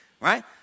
right